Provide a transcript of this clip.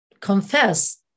Confess